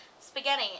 spaghetti